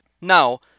Now